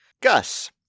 Gus